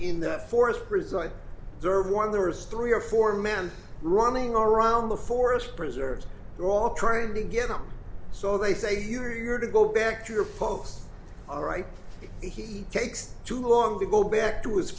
in the forest preside there are one there is three or four men running all around the forest preserves they're all trying to get them so they say you're to go back to your folks all right he takes too long to go back to his